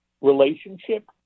relationship